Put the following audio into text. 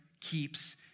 keeps